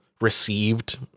received